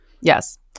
Yes